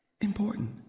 important